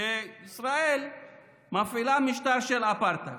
שישראל מפעילה משטר של אפרטהייד.